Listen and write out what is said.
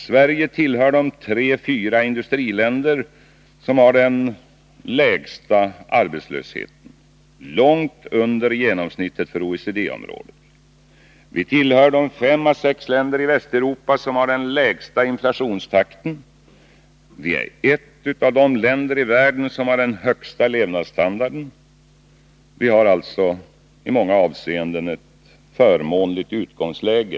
Sverige tillhör de tre å fyra industriländer som har den absolut lägsta arbetslösheten — långt under genomsnittet för OECD-området. Sverige tillhör de fem å sex länder i Västeuropa som har den lägsta inflationstakten och är ett av de länder i världen som har den högsta levnadsstandarden. Vi har alltså i Sverige i många avseenden ett förmånligt utgångsläge.